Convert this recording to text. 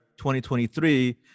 2023